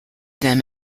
them